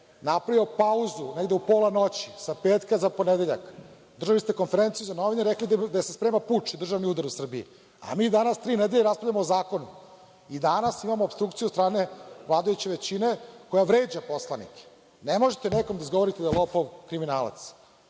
napravio pauzu negde u pola noći sa petka za ponedeljak. Držali ste konferenciju za novinare i rekli da se sprema puč i državni udar u Srbiji, a mi danas tri nedelje raspravljamo o zakonu i danas imamo opstrukciju od strane vladajuće većine koja vređa poslanike. Ne možete nekom da izgovorite da je lopov, kriminalac.